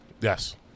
Yes